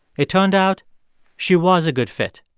it turned out she was a good fit.